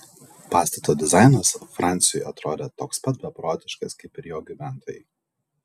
pastato dizainas franciui atrodė toks pat beprotiškas kaip ir jo gyventojai